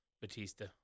Batista